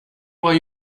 why